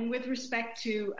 and with respect to